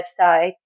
websites